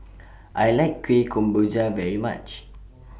I like Kueh Kemboja very much